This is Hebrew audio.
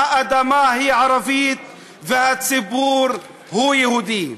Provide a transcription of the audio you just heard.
האדמה היא ערבית והציבור הוא יהודי.